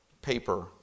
Paper